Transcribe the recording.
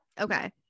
Okay